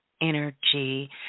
energy